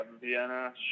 Vienna